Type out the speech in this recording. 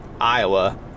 iowa